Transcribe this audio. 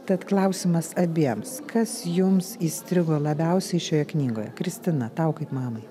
tad klausimas abiems kas jums įstrigo labiausiai šioje knygoje kristina tau kaip mamai